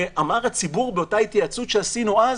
אמר הציבור באותה התייעצות שעשינו אז: